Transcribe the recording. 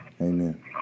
Amen